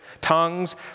Tongues